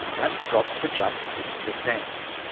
that's dropped to just six percent.